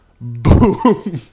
boom